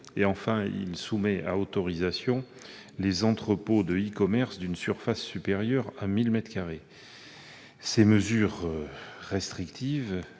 Enfin, il soumet à autorisation les entrepôts de e-commerce d'une surface supérieure à 1 000 mètres carrés. Ces mesures restrictives,